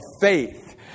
faith